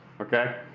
okay